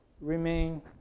remain